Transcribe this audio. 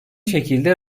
şekilde